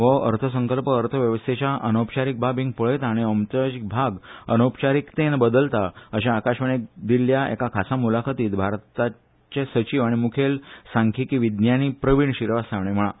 हो अर्थसंकल्प अर्थवेवस्थेच्या अनुपचारीक बाबींक पळयता आनी अनूपचारीक भाग औपचारीकतायेन बदलता अशें आकाशवाणीक दिल्ले एके खासा मुलाखतींत भारताचे सचीव आनी मुखेल सांख्यिकी विज्ञानी प्रवीण श्रीवास्तव हांणी म्हळां